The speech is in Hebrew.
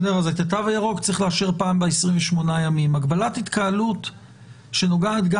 אז את התו הירוק צריך לאשר פעם ב-28 ימים ואת הגבלת התקהלות שנוגעת גם